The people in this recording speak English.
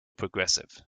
progressive